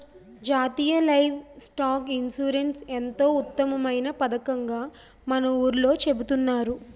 జాతీయ livestock insurance ఎంతో ఉత్తమమైన పదకంగా మన ఊర్లో చెబుతున్నారు